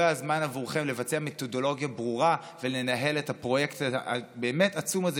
לא היה לכם זמן לבצע מתודולוגיה ברורה ולנהל את הפרויקט הבאמת-עצום הזה,